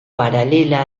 paralela